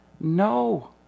No